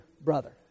brother